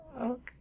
Okay